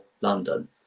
London